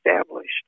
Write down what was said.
established